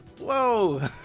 whoa